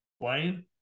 Blaine